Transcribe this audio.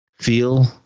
feel